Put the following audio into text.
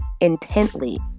intently